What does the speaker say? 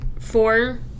four